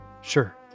sure